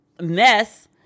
mess